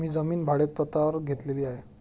मी जमीन भाडेतत्त्वावर घेतली आहे